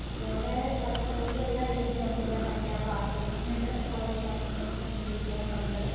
വേറെ പച്ചക്കറികളെല്ലാം ഐറ്റത്തിനും ഉണ്ട് വെണ്ടയ്ക്ക പാവയ്ക്ക അങ്ങനെ ഉള്ള സര്വ്വ സാധനങ്ങള്ക്കും ഉണ്ട് ഡിസ്ക്കൗണ്ടൊണ്ട്